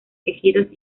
quejigos